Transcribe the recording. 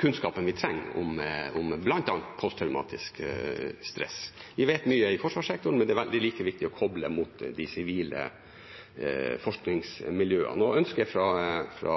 kunnskapen vi trenger om bl.a. posttraumatisk stress. Vi vet mye i forsvarssektoren, men det er like viktig å kople mot de sivile forskningsmiljøene. Ønsket fra